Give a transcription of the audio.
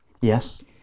Yes